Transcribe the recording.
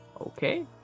Okay